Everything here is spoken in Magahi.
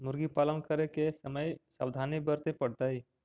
मुर्गी पालन करे के समय का सावधानी वर्तें पड़तई?